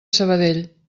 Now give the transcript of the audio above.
sabadell